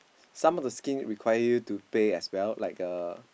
some of the scheme require you to pay as well like uh